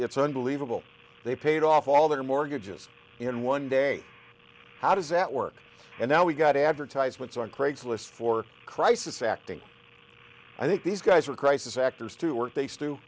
it's unbelievable they paid off all their mortgages in one day how does that work and now we've got advertisements on craigslist for crisis acting i think these guys are crisis actors to work they s